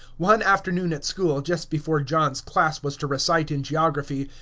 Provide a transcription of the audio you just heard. one afternoon at school, just before john's class was to recite in geography,